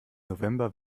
november